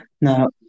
no